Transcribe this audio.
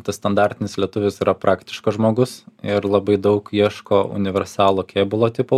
tas standartinis lietuvis yra praktiškas žmogus ir labai daug ieško universalo kėbulo tipo